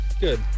Good